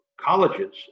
colleges